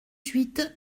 huit